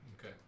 Okay